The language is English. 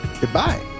goodbye